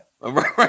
right